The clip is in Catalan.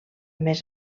més